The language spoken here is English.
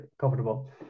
comfortable